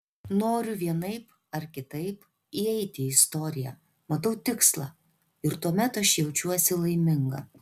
noriu vienaip ar kitaip įeiti į istoriją matau tikslą ir tuomet aš jaučiuosi laiminga